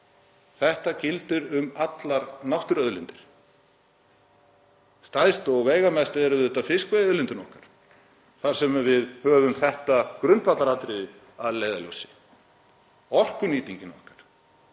Þetta gildir um allar náttúruauðlindir. Stærst og veigamest er auðvitað fiskveiðiauðlindin okkar þar sem við höfum þetta grundvallaratriði að leiðarljósi, orkunýtinguna okkar.